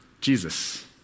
Jesus